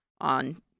on